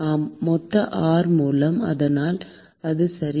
ஆம் மொத்த R மூலம் அதனால் அது சரி